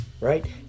right